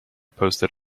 posted